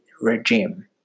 regime